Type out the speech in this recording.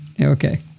Okay